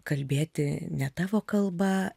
kalbėti ne tavo kalba